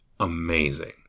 Amazing